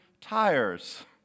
tires